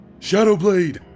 Shadowblade